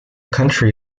country